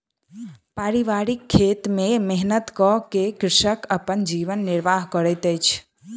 पारिवारिक खेत में मेहनत कअ के कृषक अपन जीवन निर्वाह करैत अछि